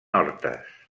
hortes